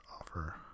offer